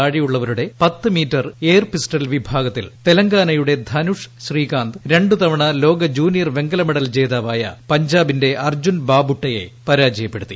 താഴെയുള്ളവരുടെ metre air pistol വിഭാഗത്തിൽ തെലങ്കാനയുടെ ധനുഷ് ശ്രീകാന്ത് രണ്ടുതവണ ലോക ജൂനിയർ വെങ്കലമെഡൽ ജേതാവായ് പഞ്ചാബിന്റെ അർജുൻ ബാബുട്ടയെ പരാജയപ്പെടുത്തി